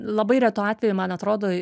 labai retu atveju man atrodo